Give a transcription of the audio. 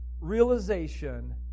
realization